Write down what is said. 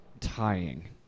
tying